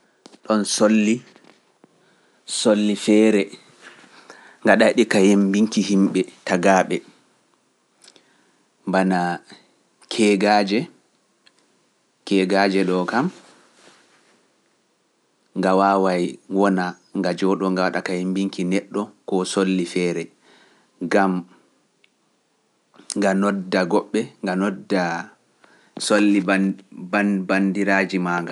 ɗoon solli feere ngaɗai di ka yembinki yimɓe tagaaɓe bana keegaaje. keegaaje ɗo kam nga waaway wona nga jooɗo nga waɗa kayembinki neɗɗo ko solli feere ngam nga nodda goɗɗe nga nodda solli banndiraaji ma nga.